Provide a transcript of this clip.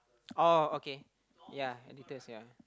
oh okay ya editors ya